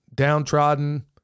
downtrodden